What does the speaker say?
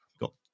got